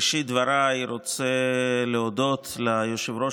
בראשית דבריי אני רוצה להודות ליושב-ראש